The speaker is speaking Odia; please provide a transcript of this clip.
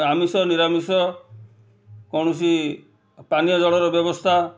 ଆମିଷ ନିରାମିଷ କୌଣସି ପାନୀୟ ଜଳର ବ୍ୟବସ୍ଥା